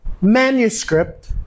manuscript